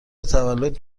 تولد